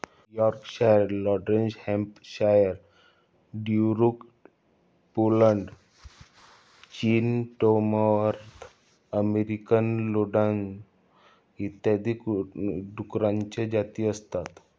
Yorkshire, landrace Hampshire, Duroc Poland, चीन, Tamworth American landrace इत्यादी डुकरांच्या जाती आहेत